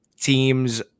teams